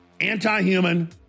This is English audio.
anti-human